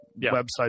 website